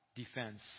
defense